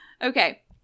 Okay